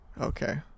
Okay